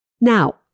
Now